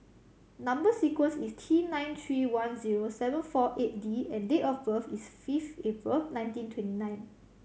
number sequence is T nine three one zero seven four eight D and date of birth is fifth April nineteen twenty nine